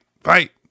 fight